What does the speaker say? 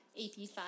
AP5